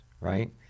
right